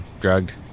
drugged